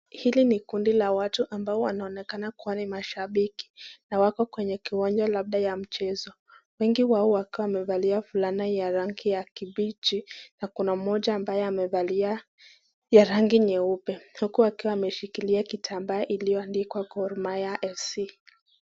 Hili ni kundi la watu ambao wanaonekana kuwa ni mashabiki na wako kwenye kiwanja labda ya mchezo. Wengi wao wakiwa wamevalia fulana ya rangi ya kibichi na kuna mmoja ambaye amevalia ya rangi nyeupe huku akiwa ameshikilia kitambaa iliyoandikwa Gor Mahia FC.